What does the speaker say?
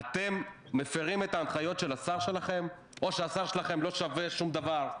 אתם מפירים את ההנחיות של השר שלכם או שהשר שלכם לא שווה שום דבר.